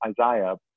Isaiah